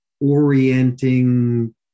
orienting